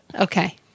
Okay